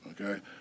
okay